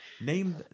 Name